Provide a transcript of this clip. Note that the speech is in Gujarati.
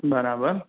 બરાબર